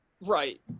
right